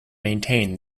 maintain